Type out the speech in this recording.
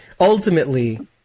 ultimately